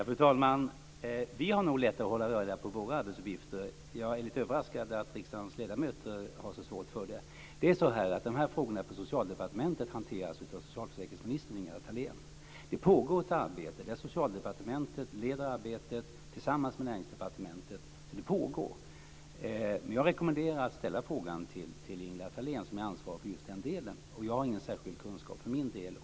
Fru talman! Vi har nog lätt att hålla reda på våra arbetsuppgifter. Jag är lite överraskad över att riksdagens ledamöter har så svårt för det. På Socialdepartementet hanteras dessa frågor av socialförsäkringsminister Ingela Thalén. Det pågår ett arbete som Socialdepartementet leder tillsammans med Näringsdepartementet. Jag rekommenderar Åke Sandström att ställa frågan till Ingela Thalén som är ansvarig för just den delen. För min del har jag ingen särskild kunskap om processen.